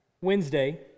Wednesday